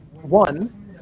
one